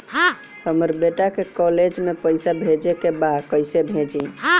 हमर बेटा के कॉलेज में पैसा भेजे के बा कइसे भेजी?